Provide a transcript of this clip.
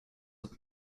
with